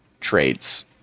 trades